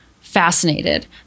fascinated